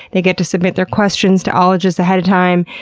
they get to submit their questions to ologists ahead of time.